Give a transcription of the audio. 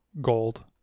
gold